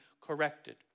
corrected